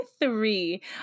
three